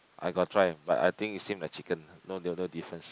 I got try but I think is same like chicken no difference